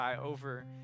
over